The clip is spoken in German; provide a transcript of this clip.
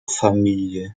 familie